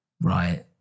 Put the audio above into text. right